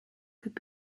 could